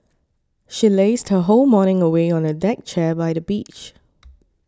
she lazed her whole morning away on a deck chair by the beach